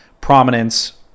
prominence